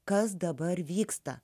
kas dabar vyksta